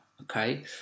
okay